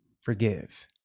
forgive